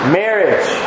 marriage